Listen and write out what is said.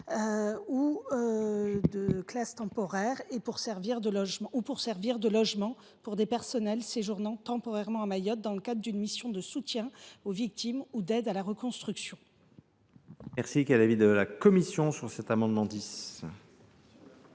ou de classe temporaire, ou pour servir de logement à des personnels séjournant temporairement à Mayotte dans le cadre d’une mission de soutien aux victimes ou d’aide à la reconstruction. Quel est l’avis de la commission ? Ma chère